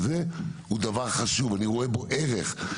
הוא דבר חשוב אני רואה בו ערך.